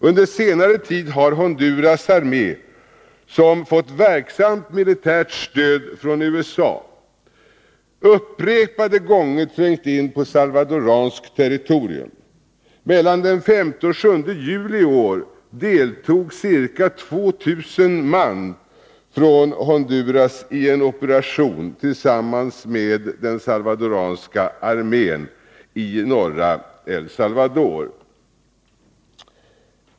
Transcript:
Under senare tid har Honduras armé, som fått verksamt militärt stöd från USA, upprepade gånger trängt in på salvadoranskt territorium. Mellan den 5 och den 7 juli i år deltog ca 2 000 man från Honduras i en operation tillsammans med den salvadoranska armén i norra El Salvador.